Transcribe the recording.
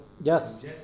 Yes